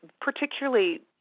particularly